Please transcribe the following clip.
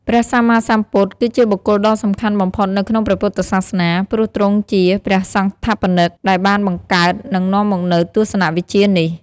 ព្រះសម្មាសម្ពុទ្ធ គឺជាបុគ្គលដ៏សំខាន់បំផុតនៅក្នុងព្រះពុទ្ធសាសនា ព្រោះទ្រង់ជា ព្រះសង្ថាបនិក ដែលបានបង្កើត និងនាំមកនូវទស្សនវិជ្ជានេះ។